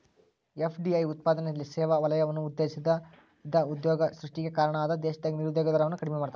FDI ಉತ್ಪಾದನೆ ಸೇವಾ ವಲಯವನ್ನ ಉತ್ತೇಜಿಸ್ತದ ಇದ ಉದ್ಯೋಗ ಸೃಷ್ಟಿಗೆ ಕಾರಣ ಅದ ದೇಶದಾಗ ನಿರುದ್ಯೋಗ ದರವನ್ನ ಕಡಿಮಿ ಮಾಡ್ತದ